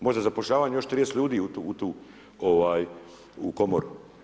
Možda zapošljavanje još 30 ljudi u tu Komoru.